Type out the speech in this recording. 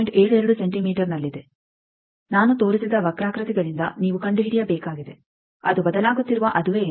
72 ಸೆಂಟಿಮೀಟರ್ನಲ್ಲಿದೆ ನಾನು ತೋರಿಸಿದ ವಕ್ರಾಕೃತಿಗಳಿಂದ ನೀವು ಕಂಡುಹಿಡಿಯಬೇಕಾಗಿದೆ ಅದು ಬದಲಾಗುತ್ತಿರುವಾಗ ಅದುವೇ ಎಂದು